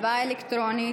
הצבעה אלקטרונית,